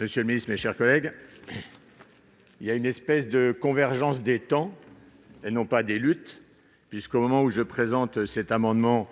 Monsieur le Ministre, mes chers collègues, il y a une espèce de convergence des temps et non pas des luttes puisqu'au moment où je présente cet amendement